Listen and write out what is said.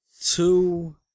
two